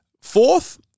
fourth